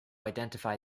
identify